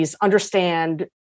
understand